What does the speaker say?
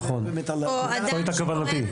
נכון, זו הייתה כוונתי.